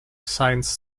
signs